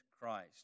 Christ